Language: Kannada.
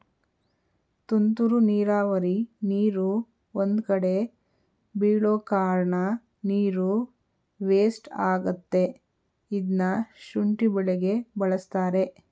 ತುಂತುರು ನೀರಾವರಿ ನೀರು ಒಂದ್ಕಡೆ ಬೀಳೋಕಾರ್ಣ ನೀರು ವೇಸ್ಟ್ ಆಗತ್ತೆ ಇದ್ನ ಶುಂಠಿ ಬೆಳೆಗೆ ಬಳಸ್ತಾರೆ